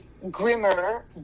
grimmer